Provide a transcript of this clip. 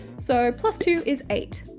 so plus two is eight.